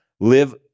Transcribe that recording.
live